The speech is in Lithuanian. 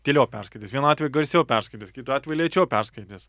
tyliau perskaitys vienu atveju garsiau perskaitys kitu atveju lėčiau perskaitys